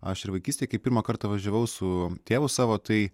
aš ir vaikystėje kai pirmą kartą važiavau su tėvu savo tai